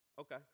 Okay